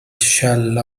shall